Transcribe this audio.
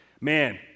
Man